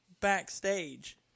backstage